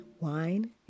Wine